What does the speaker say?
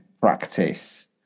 practice